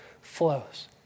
flows